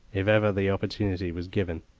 if ever the opportunity was given.